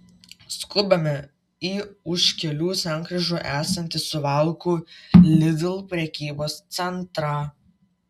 skubame į už kelių sankryžų esantį suvalkų lidl prekybos centrą